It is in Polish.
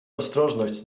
ostrożność